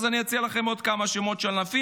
אז אני אציע לכם עוד כמה שמות של ענפים.